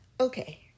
Okay